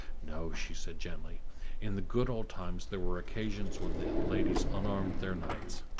no, she said, gently in the good old times there were occasions when the ladies unarmed their knights.